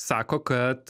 sako kad